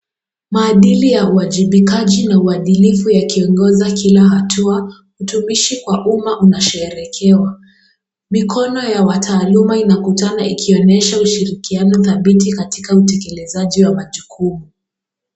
Maadili ya uwajibikaji na maadilifu yakiongoza kila hatua. Utumishi kwa uuma unashekerekewa. Mikono ya wataaluma inakutana ikionyesha ushirikiano dhabiti katika utekelezaji wa majukumu.